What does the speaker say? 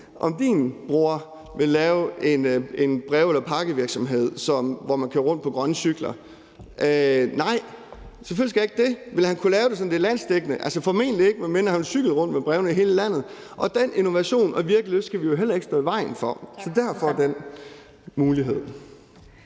om din bror vil lave en brev- eller pakkevirksomhed, hvor man kører rundt på grønne cykler? Nej, selvfølgelig skal jeg ikke det. Vil han kunne lave det sådan, at det er landsdækkende? Altså, formentlig ikke, medmindre han vil cykle rundt med brevene i hele landet. Og den innovation og virkelyst skal vi jo heller ikke stå i vejen for. Så derfor er der den mulighed.